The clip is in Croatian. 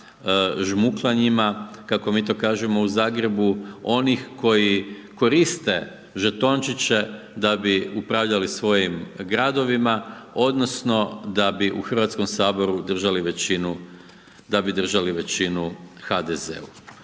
žmukljanima, kako mi to kažemo u Zagrebu, onih koji koriste žetončiće, da bi upravljali svojim gradovima, odnosno, da bi u Hrvatskom saboru držali većinu HDZ-a.